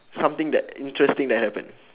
something that interesting that happened